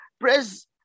Praise